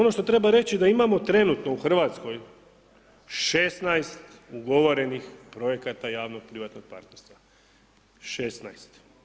Ono što treba reći da imamo trenutno u RH 16 ugovorenih projekata javno privatnog partnerstva, 16.